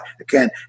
again